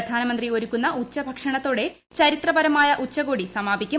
പ്രധാനമന്ത്രി ഒരുക്കുന്ന ഉച്ചഭക്ഷണത്തോടെ ചരിത്രപരമായ ഉച്ചകോടി സമാപിക്കും